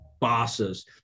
bosses